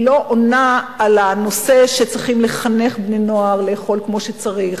היא לא עונה על הנושא שצריכים לחנך בני-נוער לאכול כמו שצריך,